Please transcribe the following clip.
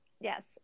Yes